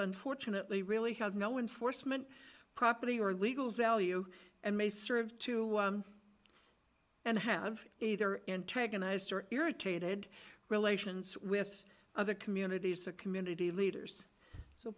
unfortunately really have no in force meant property or legal value and may serve to and have either antagonized or irritated relations with other communities the community leaders so